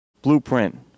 blueprint